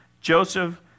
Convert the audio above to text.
Joseph